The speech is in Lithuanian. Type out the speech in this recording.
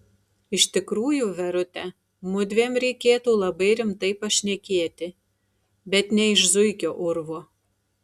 iš tikrųjų verute mudviem reikėtų labai rimtai pašnekėti bet ne iš zuikio urvo